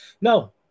No